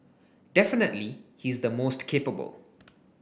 definitely he's the most capable